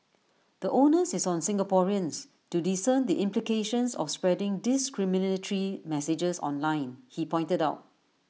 the onus is on Singaporeans to discern the implications of spreading discriminatory messages online he pointed out